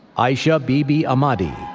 aisha bibi ahmadi,